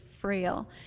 frail